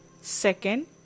Second